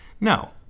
No